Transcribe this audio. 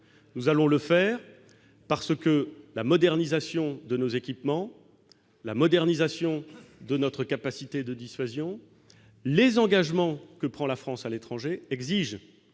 nous allons le faire parce que la modernisation de nos équipements, la modernisation de notre capacité de dissuasion, les engagements que prend la France à l'étranger exige